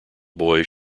boys